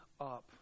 up